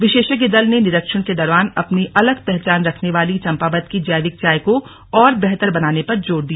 विशेषज्ञ दल ने निरीक्षण के दौरान अपनी अलग पहचान रखने वाली चंपावत की जैविक चाय को और बेहतर बनाने पर जोर दिया